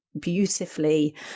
beautifully